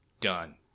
done